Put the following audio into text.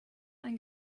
ein